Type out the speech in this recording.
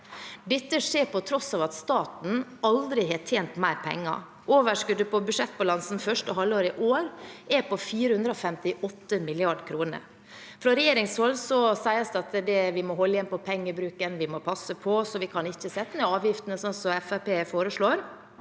Dette skjer på tross av at staten aldri har tjent mer penger. Overskuddet på budsjettbalansen første halvår i år er på 458 mrd. kr. Fra regjeringshold sies det at vi må holde igjen på pengebruken, vi må passe på, så vi kan ikke sette ned avgiftene, sånn